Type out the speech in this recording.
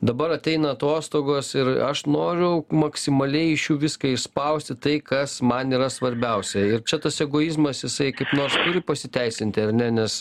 dabar ateina atostogos ir aš noriu maksimaliai iš jų viską išspausti tai kas man yra svarbiausia ir čia tas egoizmas jisai kaip nors turi pasiteisinti ar ne nes